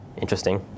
interesting